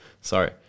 sorry